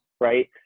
right